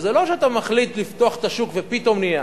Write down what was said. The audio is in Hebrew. וזה לא שאתה מחליט לפתוח את השוק ופתאום נהיה.